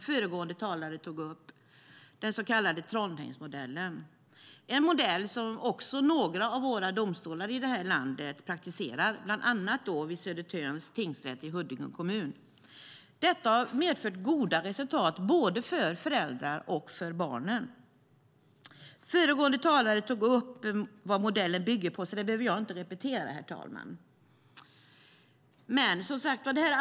Föregående talare tog upp den - den så kallade Trondheimsmodellen. Det är en modell som också några av våra domstolar i det här landet praktiserar, bland annat vid Södertörns tingsrätt i Huddinge kommun. Detta har medfört goda resultat för både föräldrar och barn. Föregående talare tog upp vad modellen bygger på, så det behöver jag inte repetera, herr talman.